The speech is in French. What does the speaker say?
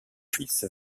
fils